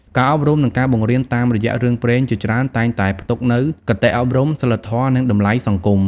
ការអប់រំ និងការបង្រៀនតាមរយះរឿងព្រេងជាច្រើនតែងតែផ្ទុកនូវ គតិអប់រំ សីលធម៌ និង តម្លៃសង្គម ។